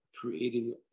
creating